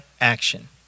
action